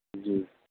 جی